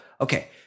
Okay